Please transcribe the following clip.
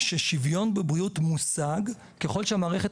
ששוויון בבריאות מושג ככל שהמערכת